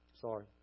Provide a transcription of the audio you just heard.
Sorry